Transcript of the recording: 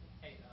Hey